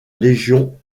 légion